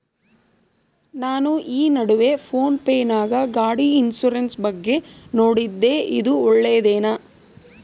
ನಾನು ಈ ನಡುವೆ ಫೋನ್ ಪೇ ನಾಗ ಗಾಡಿ ಇನ್ಸುರೆನ್ಸ್ ಬಗ್ಗೆ ನೋಡಿದ್ದೇ ಇದು ಒಳ್ಳೇದೇನಾ?